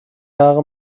haare